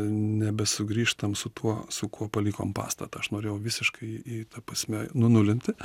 nebesugrįžtam su tuo su kuo palikom pastatą norėjau visiškai į ta prasme nunulinti